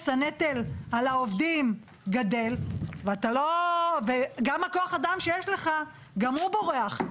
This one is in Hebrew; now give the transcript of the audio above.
הנטל על העובדים גדל וגם הכוח אדם שיש לך גם הוא בורח.